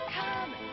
Come